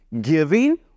giving